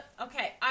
Okay